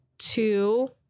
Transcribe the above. Two